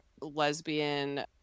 lesbian